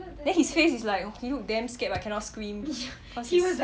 then his face is like he look damn scared but cannot scream cause he's~